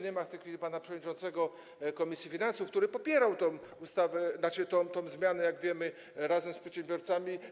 Nie ma w tej chwili pana przewodniczącego komisji finansów, który popierał tę ustawę, tzn. tę zmianę, jak wiemy, razem z przedsiębiorcami.